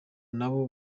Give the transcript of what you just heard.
nabo